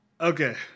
Okay